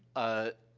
ah,